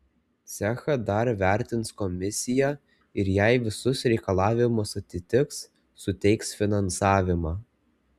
cechą dar vertins komisija ir jei visus reikalavimus atitiks suteiks finansavimą